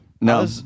no